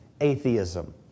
atheism